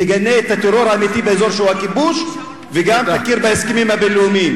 תגנה את הטרור האמיתי באזור שהוא הכיבוש וגם תכיר בהסכמים הבין-לאומיים.